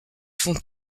font